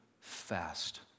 fast